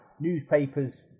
newspapers